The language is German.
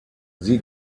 sie